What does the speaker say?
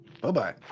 bye-bye